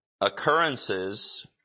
occurrences